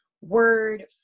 word